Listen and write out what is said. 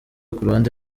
kuruhande